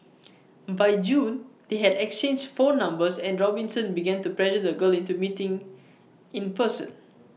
by June they had exchanged phone numbers and Robinson began to pressure the girl into meeting in person